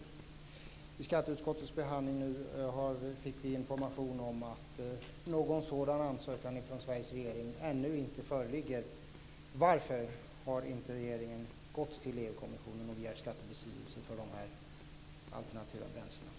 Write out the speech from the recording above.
Vid skatteutskottets behandling fick vi information om att någon sådan ansökan från Sveriges regering ännu inte föreligger. Varför har regeringen inte gått till EU-kommissionen och begärt skattebefrielse för dessa alternativa bränslen?